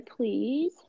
please